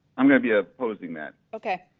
i'm gonna be ah opposing that okay,